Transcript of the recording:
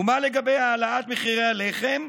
ומה לגבי העלאת מחירי הלחם?